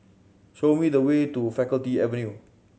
show me the way to Faculty Avenue